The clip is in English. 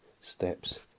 steps